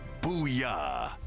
Booyah